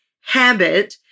habit